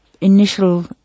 initial